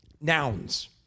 Nouns